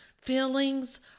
feelings